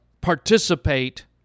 participate